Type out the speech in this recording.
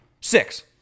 Six